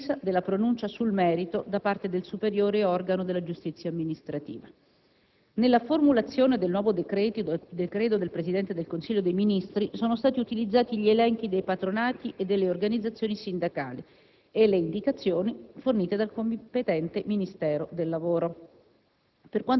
ed è in attesa della pronuncia sul merito da parte del superiore organo della giustizia amministrativa. Nella formulazione del nuovo decreto del Presidente del Consiglio dei ministri sono stati utilizzati gli elenchi dei patronati e delle organizzazioni sindacali e le indicazioni fornite dal competente Ministero del lavoro.